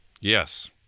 Yes